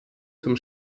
zum